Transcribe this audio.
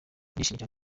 ndishimye